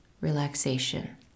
relaxation